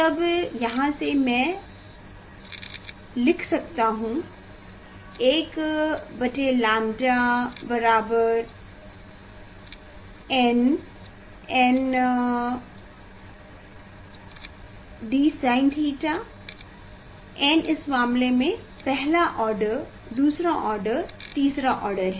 तब यहाँ से मैं लिख सकता हूँ 1lambda बराबर n बटे रा d sin थीटा n इस मामले में यह पहला ऑर्डर दूसरा ऑर्डर तीसरा ऑर्डर है